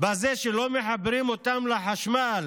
ולא לחבר אותם לחשמל